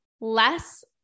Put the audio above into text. less